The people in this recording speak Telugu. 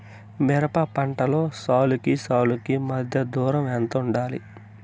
మిరప పంటలో సాలుకి సాలుకీ మధ్య దూరం ఎంత వుండాలి?